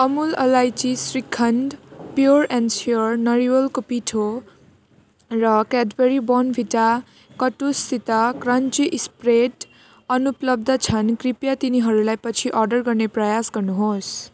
Amul elaichi shrikhand pure and sure नरिवलको पिठो र क्याडबरी बोर्नभिटा कटुससित क्रन्ची स्प्रेड अनुपलब्ध छन् कृपया तिनीहरूलाई पछि अर्डर गर्ने प्रयास गर्नुहोस्